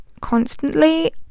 constantly